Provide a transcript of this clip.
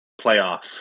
playoff